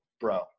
bro